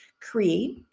create